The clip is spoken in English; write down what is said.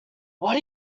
what